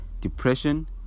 depression